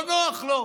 לא נוח לו.